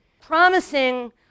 promising